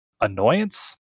annoyance